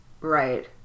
right